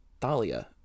Thalia